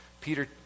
Peter